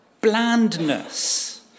blandness